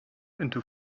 into